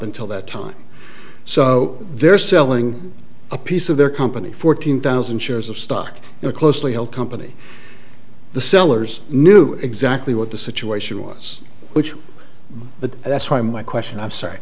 until that time so they're selling a piece of their company fourteen thousand shares of stock in a closely held company the sellers knew exactly what the situation was which but that's why my question i'm sorry